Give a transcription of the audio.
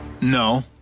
No